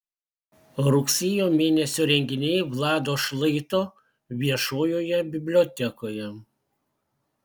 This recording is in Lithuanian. rugsėjo mėnesio renginiai vlado šlaito viešojoje bibliotekoje